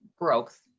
growth